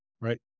Right